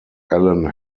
alan